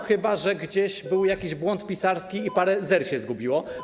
Chyba że gdzieś był jakiś błąd pisarski i parę zer się zgubiło.